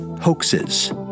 hoaxes